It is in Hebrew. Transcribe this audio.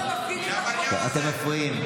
האם עצרת מפגינים, אתם מפריעים.